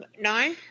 No